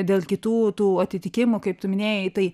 dėl kitų tų atitikimų kaip tu minėjai tai